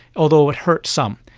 although it hurt some.